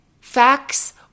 facts